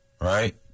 right